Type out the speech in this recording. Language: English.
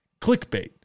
clickbait